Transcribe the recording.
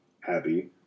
happy